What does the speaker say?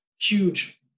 huge